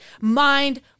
mind